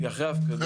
היא אחרי הפקדה,